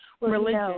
Religion